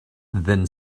then